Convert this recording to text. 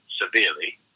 severely